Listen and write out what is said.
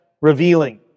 revealing